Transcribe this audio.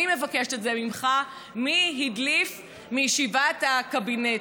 אני מבקשת את זה ממך: מי הדליף מישיבת הקבינט?